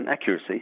accuracy